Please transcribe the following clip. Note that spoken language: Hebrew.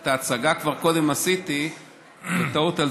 את ההצגה כבר עשיתי קודם בטעות,